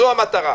זו המטרה.